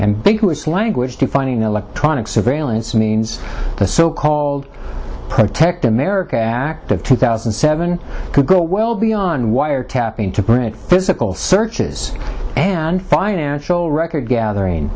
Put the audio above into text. ambiguous language defining electronic surveillance means the so called protect america act of two thousand and seven could go well beyond wiretapping to prevent physical searches and financial records gathering